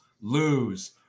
lose